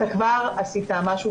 אתה כבר עשית משהו.